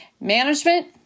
management